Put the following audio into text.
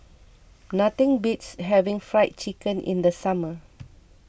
nothing beats having Fried Chicken in the summer